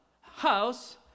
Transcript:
house